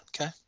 Okay